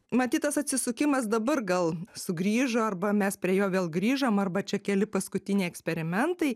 matyt tas atsisukimas dabar gal sugrįžo arba mes prie jo vėl grįžom arba čia keli paskutiniai eksperimentai